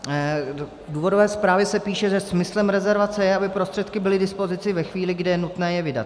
V důvodové zprávě se píše, že smyslem rezervace je, aby prostředky byly k dispozici ve chvíli, kdy je nutné je vydat.